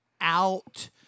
out